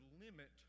limit